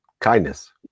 Kindness